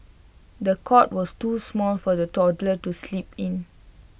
the cot was too small for the toddler to sleep in